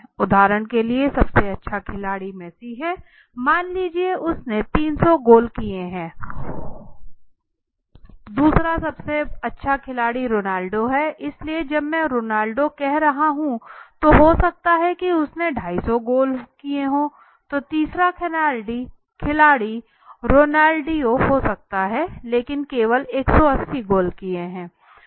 उदाहरण के लिए सबसे अच्छा खिलाड़ी मेस्सी है मान लीजिए कि उसने 300 गोल किये हैं दूसरा सबसे अच्छा खिलाड़ी रोनाल्डो है इसलिए जब मैं रोनाल्डो कह रहा हूं तो हो सकता है कि उसके 250 गोल हो तो तीसरे खिलाड़ी रोनाल्डिन्हो हो सकता है लेकिन केवल 180 गोल किए गया है